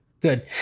Good